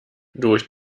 durch